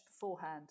beforehand